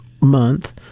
month